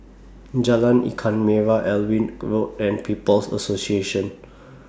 Jalan Ikan Merah Alnwick Road and People's Association